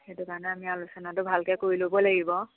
সেইটো কাৰণে আমি আলোচনাটো ভালকৈ কৰি ল'ব লাগিব